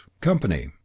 Company